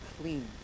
clean